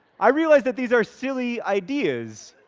i realize that these are silly ideas,